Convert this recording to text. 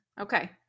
Okay